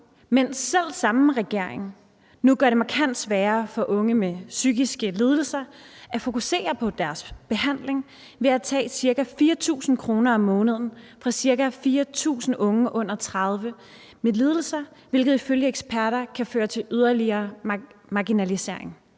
mens selvsamme regering nu gør det markant sværere for unge med psykiske lidelser at fokusere på deres behandling ved at tage ca. 4.000 kr. om måneden fra ca. 4.000 unge under 30 år med psykiske lidelser, hvilket ifølge eksperter kan føre til yderligere marginalisering?